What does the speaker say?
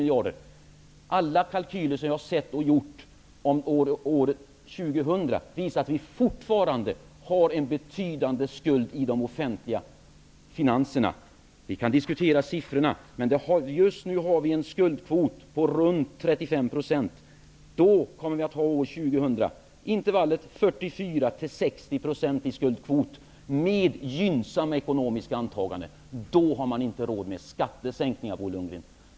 Alla de kalkyler som jag har sett och gjort för år 2000 visar att vi fortfarande kommer att ha en betydande skuld i de offentliga finanserna. Vi kan diskutera siffrorna, men just nu har vi en skuldkvot på ca 35 %. År 2000 kommer skuldkvoten, med gynnsamma ekonomiska antaganden, att ligga i intervallet 44--60 %. Då har man inte råd med skattesänkningar, Bo Lundgren.